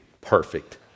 perfect